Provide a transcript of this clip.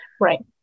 Right